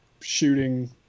shooting